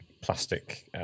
plastic